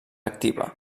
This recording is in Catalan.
activa